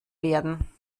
werden